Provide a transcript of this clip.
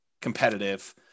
competitive